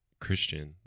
Christian